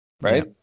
right